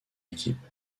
équipe